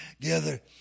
together